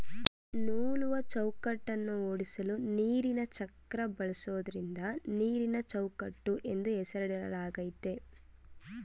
ನೂಲುವಚೌಕಟ್ಟನ್ನ ಓಡ್ಸಲು ನೀರಿನಚಕ್ರನ ಬಳಸೋದ್ರಿಂದ ನೀರಿನಚೌಕಟ್ಟು ಎಂದು ಹೆಸರಿಡಲಾಗಯ್ತೆ